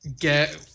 get